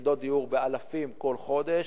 יחידות דיור באלפים כל חודש,